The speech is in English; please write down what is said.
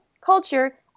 culture